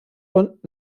und